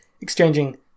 Exchanging